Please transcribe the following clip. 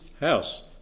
house